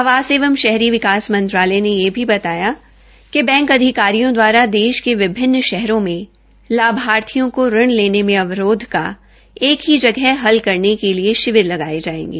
आवास एवं शहरी विकास मंत्रालय ने यह भी बताया कि बैंक अधिकारियों दवारा देश के विभिनन शहरों में लाभार्थियों को ऋण लेने में अवरोध का एक ही जगह हल करने के लिए शिविर लगाये जायेंगे